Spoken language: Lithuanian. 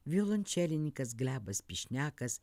violončelininkas glebas pišnekas